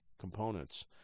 components